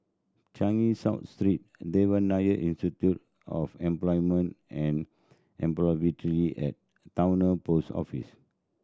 Changi South Street Devan Nair Institute of Employment and Employability and Towner Post Office